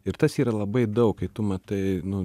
ir tas yra labai daug kai tu matai nu